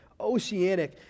oceanic